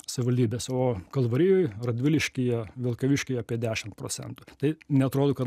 savivaldybėse o kalvarijoj radviliškyje vilkavišky apie dešim procentų tai neatrodo kad